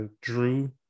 drew